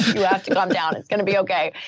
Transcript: you have to calm down. it's going to be okay.